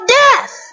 death